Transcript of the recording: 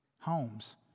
homes